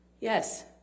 Yes